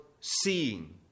seeing